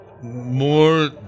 More